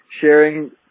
sharing